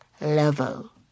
level